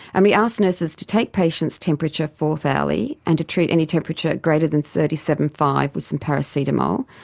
and we asked nurses to take patient's temperature four-hourly and to treat any temperature greater than thirty seven. five with some paracetamol,